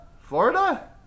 Florida